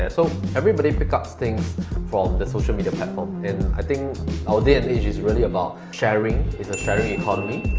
and so everybody picks up things from the social media platform, and i think our day and age it's really about sharing, it's a sharing economy.